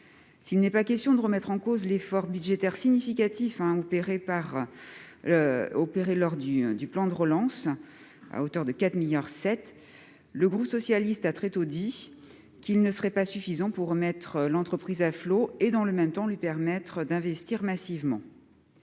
S'il n'est pas question de remettre en cause l'effort budgétaire significatif opéré lors du plan de relance, à hauteur de 4,7 milliards d'euros, le groupe socialiste a très tôt dit qu'il ne serait pas suffisant pour remettre l'entreprise à flot et, dans le même temps, lui permettre d'investir massivement.